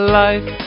life